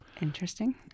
Interesting